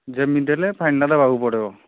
ଯେମି ଦେଲେ ଫାଇନ୍ଟା ଦବାକୁ ପଡ଼ିବ